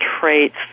traits